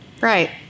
Right